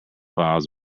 files